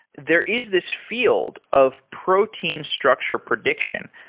there is this field of protein structure prediction.